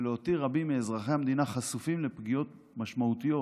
ולהותיר רבים מאזרחי המדינה חשופים לפגיעות משמעותיות